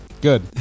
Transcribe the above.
Good